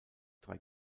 drei